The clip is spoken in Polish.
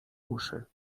uszy